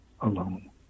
alone